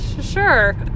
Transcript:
Sure